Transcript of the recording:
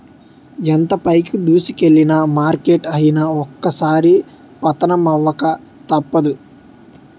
ఎంత పైకి దూసుకెల్లిన మార్కెట్ అయినా ఒక్కోసారి పతనమవక తప్పదు